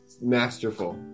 masterful